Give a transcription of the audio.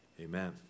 Amen